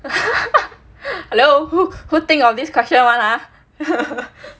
hello who who think of this question [one] ah